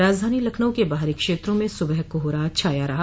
राजधानी लखनऊ के बाहरी क्षेत्रों में सुबह कोहरा छाया रहा